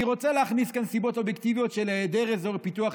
אני רוצה להכניס כאן סיבות אובייקטיביות של היעדר אזורי פיתוח,